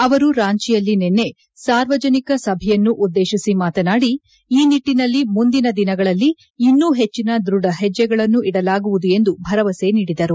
ಅವರು ರಾಂಚಿಯಲ್ಲಿ ನಿನ್ನೆ ಸಾರ್ವಜನಿಕ ಸಭೆಯನ್ನು ಉದ್ಲೇಶಿಸಿ ಮಾತನಾಡಿ ಈ ನಿಟ್ಲಿನಲ್ಲಿ ಮುಂದಿನ ದಿನಗಳಲ್ಲಿ ಇನ್ನೂ ಹೆಚ್ಚಿನ ದ್ರಢ ಹೆಚ್ಚೆಗಳನ್ನು ಇಡಲಾಗುವುದು ಎಂದು ಭರವಸೆ ನೀಡಿದರು